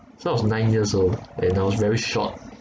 so I was nine years old and I was very short